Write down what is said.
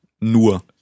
Nur